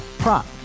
prop